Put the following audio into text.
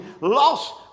lost